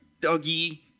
Doggy